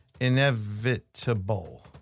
inevitable